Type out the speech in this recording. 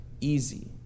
easy